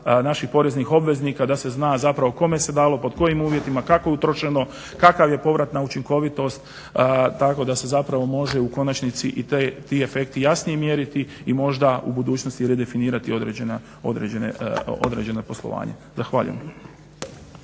naših poreznih obveznika da se zna zapravo kome se dalo, pod kojim uvjetima, kako je utrošeno, kakva je povratna učinkovitost. Tako da se zapravo mogu u konačnici i ti efekti jasnije mjeriti i možda u budućnosti redefinirati određena poslovanja. Zahvaljujem.